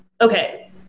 okay